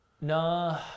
Nah